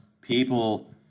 people